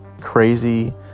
crazy